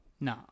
No